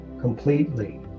completely